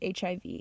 HIV